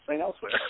elsewhere